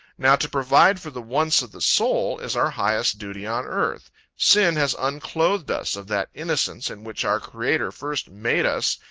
now to provide for the wants of the soul, is our highest duty on earth sin has unclothed us of that innocence in which our creator first made us,